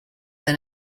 than